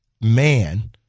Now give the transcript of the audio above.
man